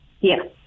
Yes